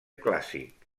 clàssic